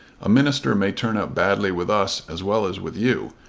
a minister may turn out badly with us as well as with you.